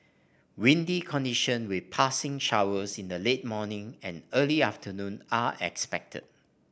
windy condition with passing showers in the late morning and early afternoon are expected